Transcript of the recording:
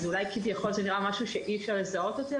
אז אולי כביכול זה נראה משהו שאי אפשר לזהות אותי,